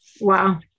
Wow